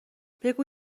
بگو